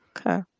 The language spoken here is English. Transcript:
okay